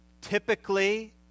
typically